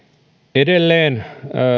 edelleen